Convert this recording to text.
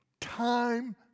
time